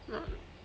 nope